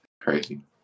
Crazy